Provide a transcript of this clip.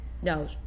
No